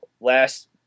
last